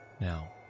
Now